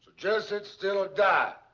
just sit still, or die.